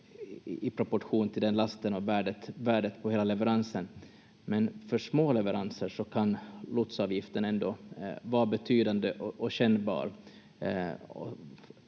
i proportion till lasten och värdet på hela leveransen, men för små leveranser kan lotsavgiften ändå vara betydande och kännbar